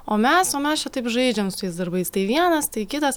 o mes o mes čia taip žaidžiam su tais darbais tai vienas tai kitas